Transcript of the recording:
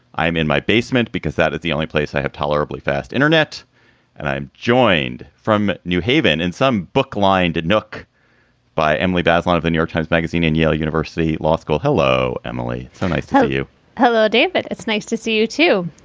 i am in my basement because that is the only place i have tolerably fast internet and i am joined from new haven in some book lined nook by emily bazelon of the new york times magazine and yale university law school. hello, emily. so nice to see you hello, david. it's nice to see you, too.